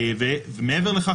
מעבר לכך,